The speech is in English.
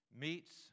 meets